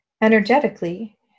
Energetically